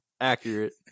accurate